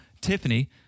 Tiffany